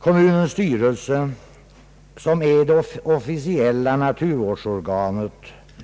Kommunens styrelse, som är det officiella naturvårdsorganet,